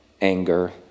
Anger